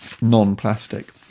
non-plastic